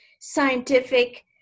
scientific